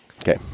Okay